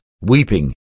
weeping